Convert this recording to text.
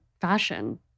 fashion